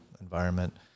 environment